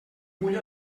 bull